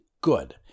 good